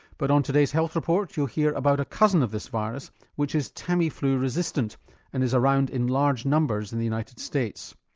but on today's health report you'll hear about a cousin of this virus which is tamiflu resistant and is around in large numbers in the united states.